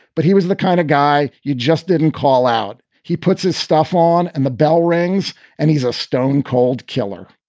but he was the kind of guy you just didn't call out. he puts his stuff on and the bell rings and he's a stone cold killer.